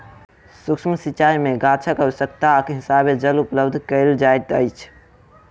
सुक्ष्म सिचाई में गाछक आवश्यकताक हिसाबें जल उपलब्ध कयल जाइत अछि